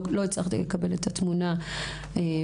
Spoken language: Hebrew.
לא הצלחתי לקבל תמונה במלואה